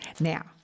Now